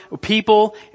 people